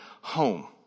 home